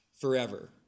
forever